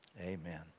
Amen